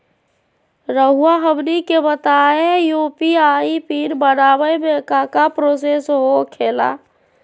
रहुआ हमनी के बताएं यू.पी.आई पिन बनाने में काका प्रोसेस हो खेला?